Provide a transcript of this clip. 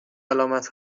علامت